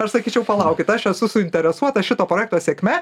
aš sakyčiau palaukit aš esu suinteresuota šito projekto sėkme